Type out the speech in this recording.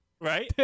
right